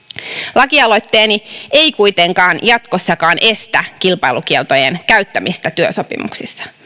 lakialoitteeni ei kuitenkaan jatkossakaan estä kilpailukieltojen käyttämistä työsopimuksissa